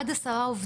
עד 10 עובדים,